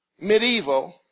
medieval